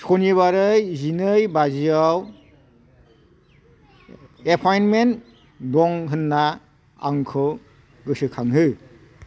सनिबारै जिनै बाजिआव एपइन्टमेन्ट दं होन्ना आंखौ गोसोखांहो